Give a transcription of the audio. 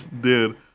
dude